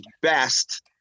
best